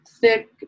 thick